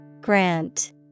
Grant